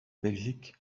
belgique